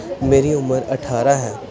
ਮੇਰੀ ਉਮਰ ਅਠਾਰਾਂ ਹੈ